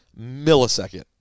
millisecond